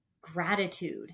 Gratitude